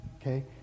okay